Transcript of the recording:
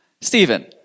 Stephen